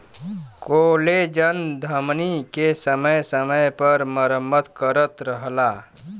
collagen धमनी के समय समय पर मरम्मत करत रहला